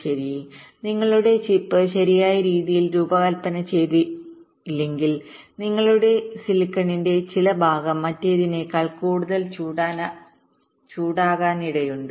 ശരി നിങ്ങളുടെ ചിപ്പ് ശരിയായ രീതിയിൽ രൂപകൽപ്പന ചെയ്തില്ലെങ്കിൽ നിങ്ങളുടെ സിലിക്കണിന്റെ ചില ഭാഗം മറ്റേതിനേക്കാൾ കൂടുതൽ ചൂടാകാനിടയുണ്ട്